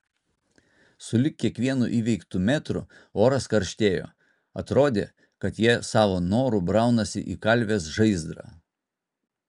sulig kiekvienu įveiktu metru oras karštėjo atrodė kad jie savo noru braunasi į kalvės žaizdrą